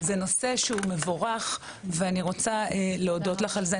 זה נושא שהוא מבורך ואני רוצה להודות לך על זה.